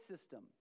system